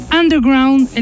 underground